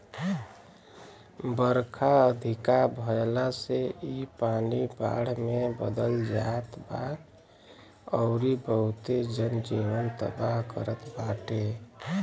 बरखा अधिका भयला से इ पानी बाढ़ में बदल जात बा अउरी बहुते जन जीवन तबाह करत बाटे